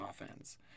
offense